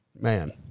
man